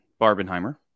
Barbenheimer